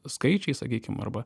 skaičiai sakykim arba